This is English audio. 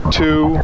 two